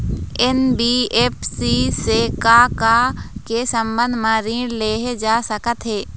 NBFC से का का के संबंध म ऋण लेहे जा सकत हे?